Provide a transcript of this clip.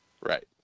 Right